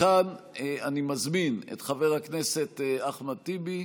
כאן אני מזמין את חבר הכנסת אחמד טיבי,